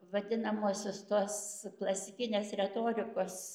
vadinamuosius tos klasikinės retorikos